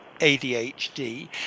ADHD